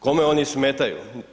Kome oni smetaju?